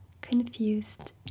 confused